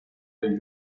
del